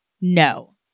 no